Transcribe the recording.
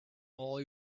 all